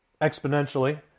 exponentially